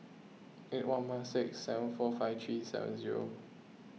eight one one six seven four five three seven zero